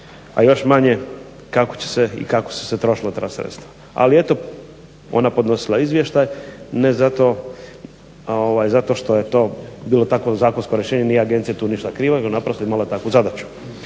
a još manje kako će se i kako su se trošila ta sredstva. Ali eto ona je podnosila izvještaj ne zato što je to bilo tako zakonsko rješenje, nije agencija tu ništa kriva nego je imala takvu zadaću.